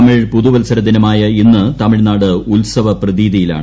തമിഴ് പുതുവത്സരദിനമായ ഇന്ന് തമിഴ്നാട് ഉത്സവ പ്രതീതിയിലാണ്